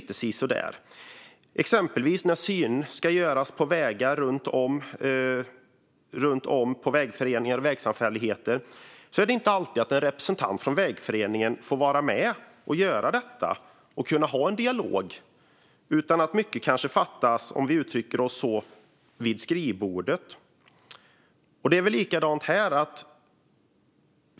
Det gäller till exempel när översyner ska göras av vägar runt om i vägföreningar och vägsamfälligheter. Det är inte alltid en representant från vägföreningen får vara med och göra detta och ha en dialog. Många beslut fattas kanske vid skrivbordet. Samma sak gäller här.